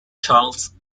charles